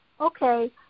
okay